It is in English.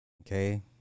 Okay